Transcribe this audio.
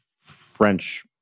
French